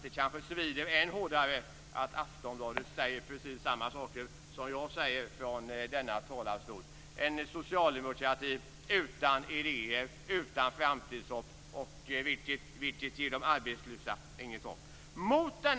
Det kanske svider än hårdare att Aftonbladet säger precis samma saker som jag säger från denna talarstol. Det är en socialdemokrati utan idéer och utan framtidshopp, vilket inte ger de arbetslösa något hopp.